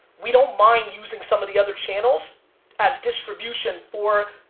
we don't mind using some of the other channels as distribution for,